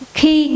Khi